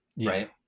Right